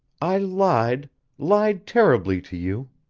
i lied lied terribly to you.